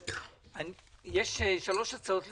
יש שלוש הצעות לסדר.